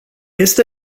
este